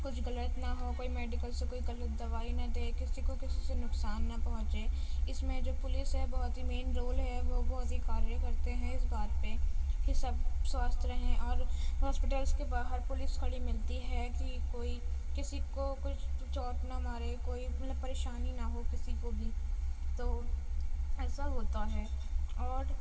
کچھ غلط نہ ہو کوئی میڈیکل سے کوئی غلط دوائی نہ دے کسی کو کسی سے نقصان نہ پہنچے اس میں جو پولیس ہے بہت ہی مین رول ہے وہ بہت ہی کاریہ کرتے ہیں اس بات پہ کہ سب سوستھ رہیں اور ہاسپٹلس کے باہر پولیس کھڑی ملتی ہے کہ کوئی کسی کو کچھ چوٹ نہ مارے کوئی پریشانی نہ ہو کسی کو بھی تو ایسا ہوتا ہے اور